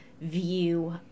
view